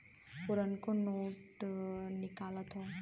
पुरनको नोट निकालत हौ